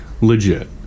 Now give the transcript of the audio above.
legit